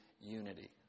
unity